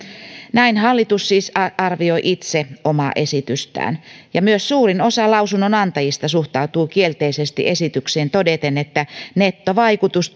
näin hallitus siis arvioi itse omaa esitystään ja myös suurin osa lausunnonantajista suhtautuu kielteisesti esitykseen todeten että nettovaikutus